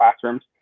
classrooms